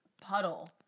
puddle